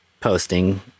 posting